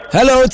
Hello